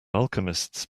alchemists